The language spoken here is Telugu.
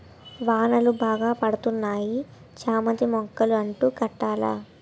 వానలు బాగా పడతన్నాయి చామంతి మొక్కలు అంటు కట్టాల